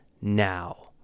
now